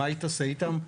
מה היא תעשה איתן?